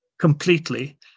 completely